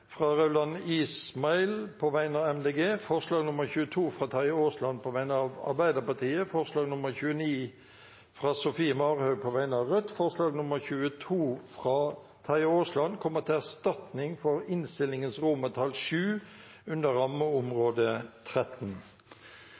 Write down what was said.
fra Rauand Ismail på vegne av Miljøpartiet De Grønne forslag nr. 22, fra Terje Aasland på vegne av Arbeiderpartiet forslag nr. 29, fra Sofie Marhaug på vegne av Rødt Forslag nr. 22, fra Terje Aasland på vegne av Arbeiderpartiet, kommer til erstatning for innstillingens VII under rammeområde 13.